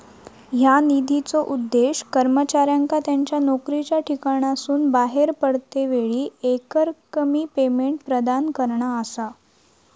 ह्या निधीचो उद्देश कर्मचाऱ्यांका त्यांच्या नोकरीच्या ठिकाणासून बाहेर पडतेवेळी एकरकमी पेमेंट प्रदान करणा असा